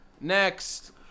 Next